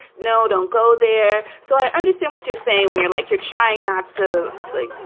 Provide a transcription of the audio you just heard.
no, don't go there. so i understand what you're saying when you're like you're trying not to, like,